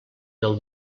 del